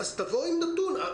אז תבוא עם נתון.